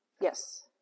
Yes